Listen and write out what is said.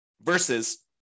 versus